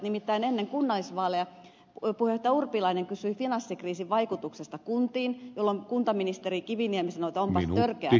nimittäin ennen kunnallisvaaleja puheenjohtaja urpilainen kysyi finanssikriisin vaikutuksesta kuntiin jolloin kuntaministeri kiviniemi sanoi että onpas törkeää pelottelua